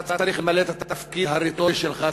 אתה צריך למלא את התפקיד הרטורי שלך,